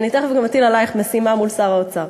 ואני תכף גם אטיל עלייך משימה מול שר האוצר.